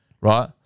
right